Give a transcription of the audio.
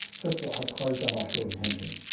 first of all, i would close down offshore detention.